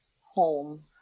home